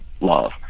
love